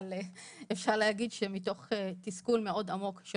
ואפשר להגיד שמתוך תסכול מאוד עמוק של